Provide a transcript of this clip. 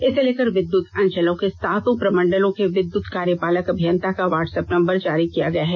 इसे लेकर विद्युत अंचलों के सातों प्रमंडलों के विद्युत कार्यपालक अभियंता का वाट्सएप नंबर जारी किया गया है